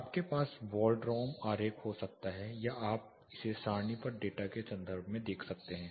आपके पास वाल्ड्राम आरेख हो सकता है या आप इसे सारणीबद्ध डेटा के संदर्भ में देख सकते हैं